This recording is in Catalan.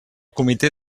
comité